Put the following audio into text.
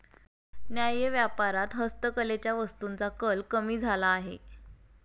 न्याय्य व्यापारात हस्तकलेच्या वस्तूंचा कल कमी झाला आहे